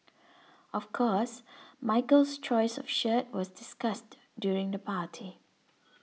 of course Michael's choice of shirt was discussed during the party